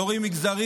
לא רואים מגזרים.